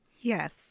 Yes